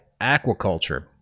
Aquaculture